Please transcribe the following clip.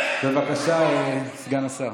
אה, בסדר.